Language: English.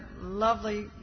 lovely